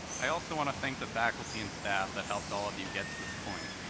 i also want to thank the faculty and staff that helped all of you get to this point.